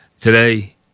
Today